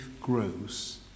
grows